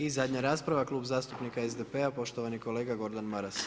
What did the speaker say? I zadnja rasprava Klub zastupnika SDP-a poštovani kolega Gordan Maras.